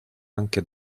anche